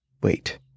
Wait